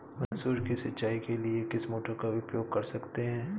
मसूर की सिंचाई के लिए किस मोटर का उपयोग कर सकते हैं?